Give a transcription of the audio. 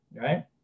right